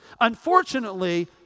Unfortunately